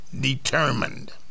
determined